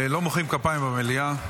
לא מוחאים כפיים במליאה.